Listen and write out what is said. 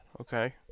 Okay